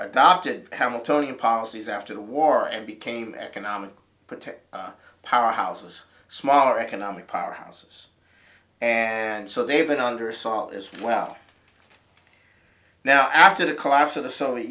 opted hamiltonian policies after the war and became economic protect power houses smaller economic power houses and so they've been under assault as well now after the collapse of the soviet